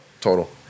Total